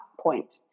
point